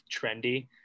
trendy –